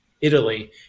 Italy